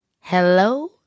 hello